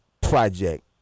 project